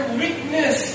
weakness